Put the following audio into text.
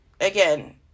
again